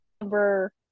number